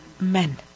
Men